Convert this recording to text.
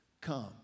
come